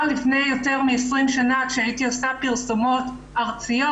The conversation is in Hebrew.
לפני יותר מ-20 שנה כשהייתי עושה פרסומות ארציות,